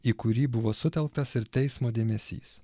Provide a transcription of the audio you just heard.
į kurį buvo sutelktas ir teismo dėmesys